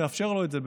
נאפשר לו את זה,